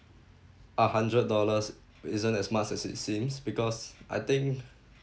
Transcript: a hundred dollars isn't as much as it seems because I think